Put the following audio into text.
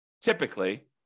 typically